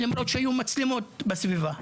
למרות שהיו מצלמות בסביבה.